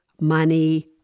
money